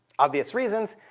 obvious reasons,